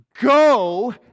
Go